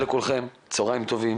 ולכן הוחלט כדי להוריד את הצפיפות